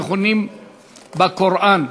מכונים בקוראן.